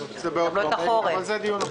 אבל זה דיון אחר.